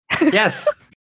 Yes